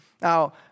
Now